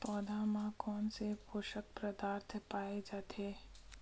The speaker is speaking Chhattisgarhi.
पौधा मा कोन से पोषक पदार्थ पाए जाथे?